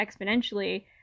exponentially